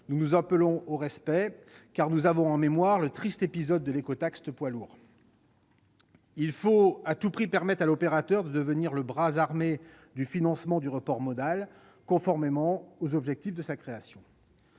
de cet engagement, car nous avons en mémoire le triste épisode de l'écotaxe poids lourds. Il faut à tout prix permettre à l'opérateur de devenir le bras armé du financement du report modal, conformément aux objectifs qui ont